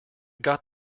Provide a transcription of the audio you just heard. got